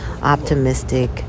optimistic